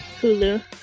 Hulu